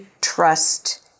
trust